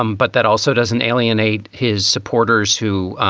um but that also doesn't alienate his supporters who